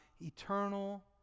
eternal